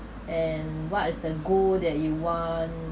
and what is the goal that you want